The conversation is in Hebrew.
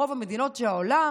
ברוב המדינות של העולם